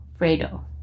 fredo